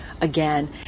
again